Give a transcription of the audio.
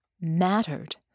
mattered